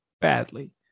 badly